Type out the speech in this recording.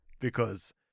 because-